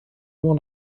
nur